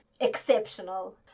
exceptional